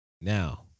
Now